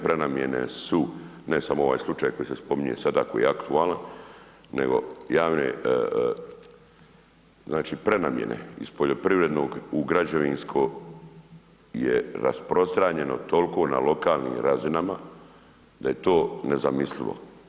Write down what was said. Prenamjene su, ne samo ovaj slučaj koji se spominje sada koji je aktualan nego javne, znači prenamjene iz poljoprivrednog u građevinsko je rasprostranjeno toliko na lokalnim razinama da je to nezamislivo.